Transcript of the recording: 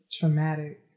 Traumatic